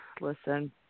listen